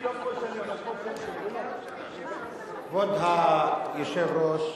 כבוד היושב-ראש,